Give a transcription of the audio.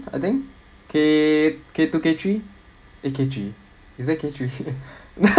I think K K two K three eh K three is there K three